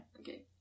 Okay